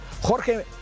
Jorge